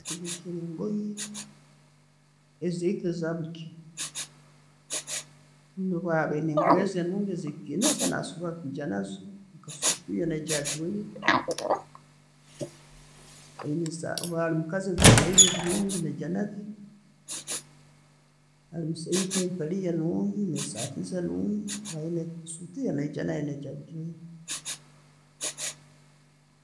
Otegekere engoye ezaitu ezabulikiro bundi oli bwakuba nengoye ze ezekitinisa nasobora kwijja nazo. Ewe naija ajwaire, nekimanyisa baba ali mukazi, ebitetei byo ebirungi ayigya nabyo. Ali musaijja, empaliye nungi ne'saati ze enungi, ayine essuti ye naayo nayigya agigwaire.